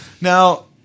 Now